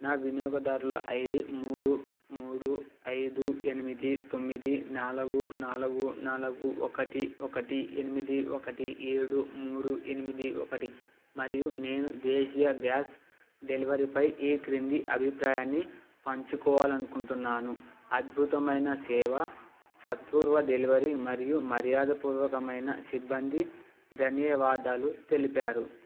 నా వినియోగదారుల ఐడి మూడు మూడు ఐదు ఎనిమిది తొమ్మిది నాలుగు నాలుగు నాలుగు ఒకటి ఒకటి ఎనిమిది ఒకటి ఏడు మూడు ఎనిమిది ఒకటి మరియు నేను దేశీయ గ్యాస్ డెలివరీపై ఈ క్రింది అభిప్రాయాన్ని పంచుకోవాలనుకుంటున్నాను అద్భుతమైన సేవ సత్వర డెలివరీ మరియు మర్యాదపూర్వకమైన సిబ్బంది ధన్యవాదాలు తెలిపారు